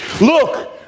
Look